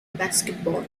basketball